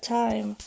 time